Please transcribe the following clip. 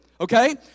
Okay